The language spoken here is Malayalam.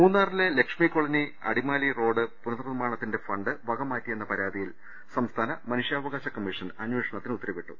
മൂന്നാറിലെ ലക്ഷ്മി കോളനി അടിമാലി റോഡ് പുനർ നിർമ്മാ ണത്തിന്റെ ഫണ്ട് വകമാറ്റി എന്ന പരാതിയിൽ സംസ്ഥാന മനുഷ്യാവകാശ കമ്മീഷൻ അന്വേഷണത്തിന് ഉത്തരവിട്ടു